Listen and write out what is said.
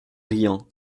riant